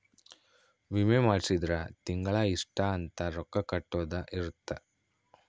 ವಿಮೆ ಮಾಡ್ಸಿದ್ರ ತಿಂಗಳ ಇಷ್ಟ ಅಂತ ರೊಕ್ಕ ಕಟ್ಟೊದ ಇರುತ್ತ